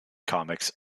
comics